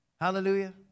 Hallelujah